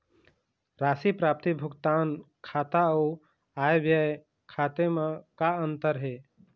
राशि प्राप्ति भुगतान खाता अऊ आय व्यय खाते म का अंतर हे?